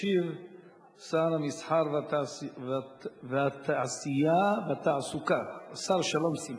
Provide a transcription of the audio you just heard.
ישיב שר המסחר, התעשייה והתעסוקה, השר שלום שמחון.